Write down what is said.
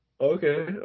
Okay